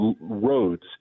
roads